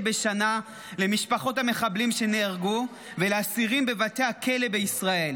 בשנה למשפחות המחבלים שנהרגו ולאסירים בבתי הכלא בישראל.